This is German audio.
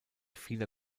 vieler